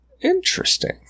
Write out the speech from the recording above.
Interesting